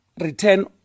return